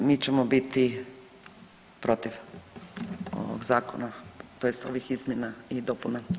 Mi ćemo biti protiv ovog zakona, tj. ovih izmjena i dopuna.